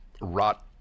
rot